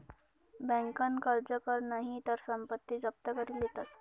बँकन कर्ज कर नही तर संपत्ती जप्त करी लेतस